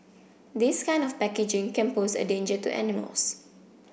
this kind of packaging can pose a danger to animals